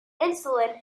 insulin